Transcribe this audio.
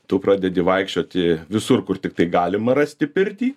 tu pradedi vaikščioti visur kur tiktai galima rasti pirtį